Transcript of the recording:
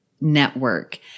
network